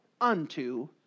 unto